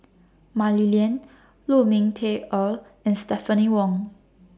Mah Li Lian Lu Ming Teh Earl and Stephanie Wong